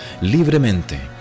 libremente